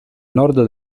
nord